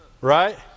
Right